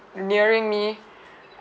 nearing me